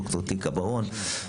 ד"ר תיקה בר און.